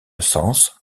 sens